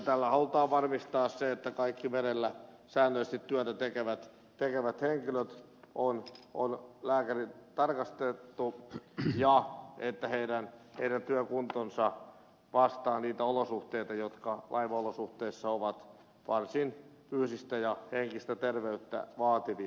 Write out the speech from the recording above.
tällä halutaan varmistaa se että kaikki merellä säännöllisesti työtä tekevät henkilöt on lääkäri tarkastanut ja että heidän työkuntonsa vastaa niitä olosuhteita jotka laivaolosuhteissa ovat varsin fyysistä ja henkistä terveyttä vaativia